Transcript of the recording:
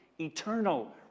eternal